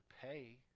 pay